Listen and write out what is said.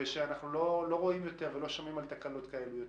ושלא נראה ולא נשמע על תקלות כאלו יותר.